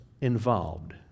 involved